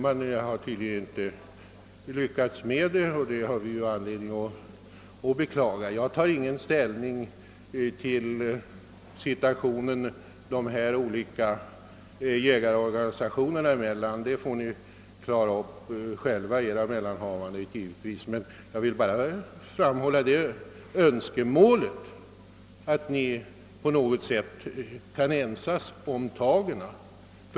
Man har tydligen inte lyckats med det, och det har vi ju anledning att beklaga. Jag tar ingen ställning till förhållandet mellan de olika jägarorganisationerna. Ni bör givetvis själva klara upp era mellanhavanden. Men jag vill bara framhålla önskemålet att ni på något sätt kan enas.